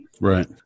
right